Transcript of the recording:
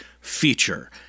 feature